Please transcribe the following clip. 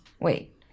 Wait